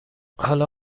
حالا